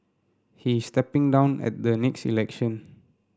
he is stepping down at the next election